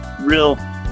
real